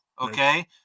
okay